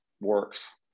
works